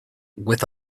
with